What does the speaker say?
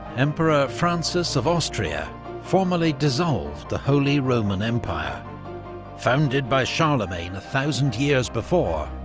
emperor francis of austria formally dissolved the holy roman empire founded by charlemagne a thousand years before,